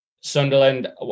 Sunderland